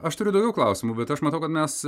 aš turiu daugiau klausimų bet aš matau kad mes